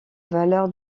valeur